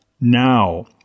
now